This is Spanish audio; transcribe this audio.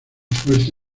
fuerte